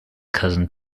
cousin